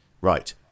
Right